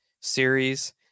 series